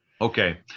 okay